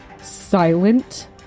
silent